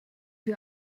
wie